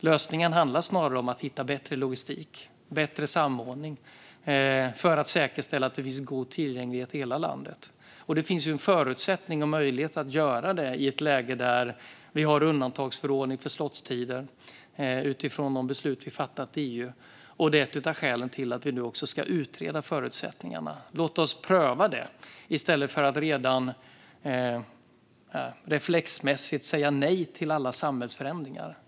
Lösningen handlar snarare om att hitta bättre logistik och samordning för att säkerställa god tillgänglighet i hela landet, och det finns möjlighet och förutsättning att göra det i ett läge där vi har undantagsförordning för slottider utifrån de beslut som fattats i EU. Detta är ett av skälen till att vi också ska utreda förutsättningarna. Låt oss pröva detta i stället för att reflexmässigt säga nej till alla samhällsförändringar!